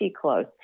close